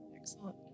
Excellent